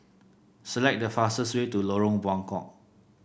select the fastest way to Lorong Buangkok